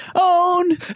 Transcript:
own